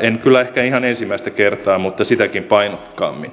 en kyllä ehkä ihan ensimmäistä kertaa mutta sitäkin painokkaammin